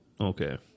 Okay